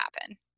happen